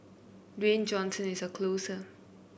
Dwayne Johnson is a closer